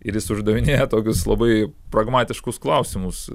ir jis uždavinėja tokius labai pragmatiškus klausimus